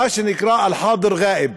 מה שנקרא אל-חאצֹר עֹאאב,